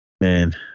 man